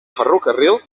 ferrocarril